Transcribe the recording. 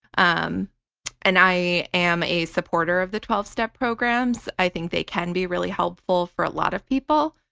um and i am a supporter of the twelve step programs. i think they can be really helpful for a lot of people.